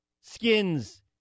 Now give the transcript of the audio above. Skins